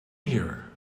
here